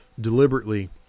deliberately